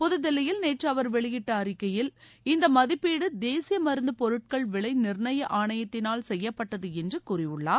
புத்தில்லியில் நேற்று அவர் வெளியிட்ட அறிக்கையில் இந்த மதிப்பீடு தேசிய மருந்து பொருட்கள் விலை நிர்ணய ஆணையத்தினால் செய்யப்பட்டது என்று கூறியுள்ளார்